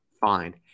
Fine